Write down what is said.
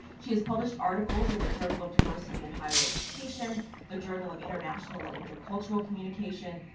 she has published articles in the journal of diversity and higher education, the journal of international and intercultural communication,